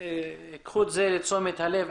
קחו את זה לתשומת הלב.